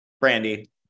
Brandy